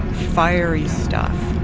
fiery stuff.